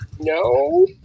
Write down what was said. No